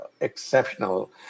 exceptional